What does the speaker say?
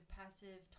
passive